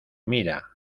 mira